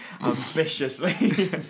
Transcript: Ambitiously